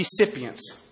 recipients